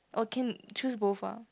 oh can choose both ah